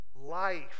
life